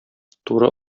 туры